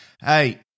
Hey